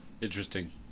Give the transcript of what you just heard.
Interesting